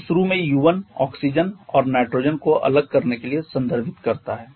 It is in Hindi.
तो शुरू में U1 ऑक्सीजन और नाइट्रोजन को अलग करने के लिए संदर्भित करता है